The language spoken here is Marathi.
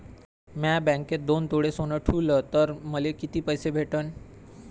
म्या बँकेत दोन तोळे सोनं ठुलं तर मले किती पैसे भेटन